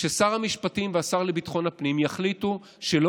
ששר המשפטים והשר לביטחון הפנים יחליטו שלא